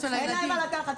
אין להם מה לקחת.